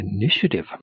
initiative